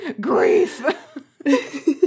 Grief